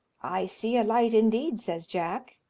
i see a light indeed, says jack,